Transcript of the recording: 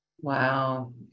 Wow